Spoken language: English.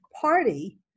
party